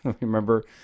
Remember